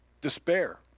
despair